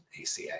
ACA